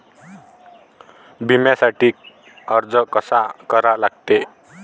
बिम्यासाठी अर्ज कसा करा लागते?